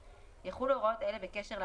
אז הן יכולות לשאת את הדבר הזה.